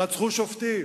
רצחו שופטים.